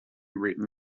written